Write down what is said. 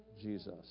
Jesus